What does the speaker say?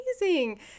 amazing